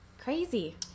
Crazy